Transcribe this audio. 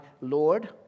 Lord